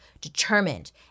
determined